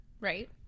right